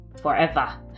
forever